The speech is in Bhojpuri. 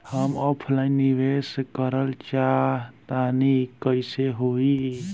हम ऑफलाइन निवेस करलऽ चाह तनि कइसे होई?